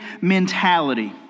mentality